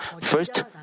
first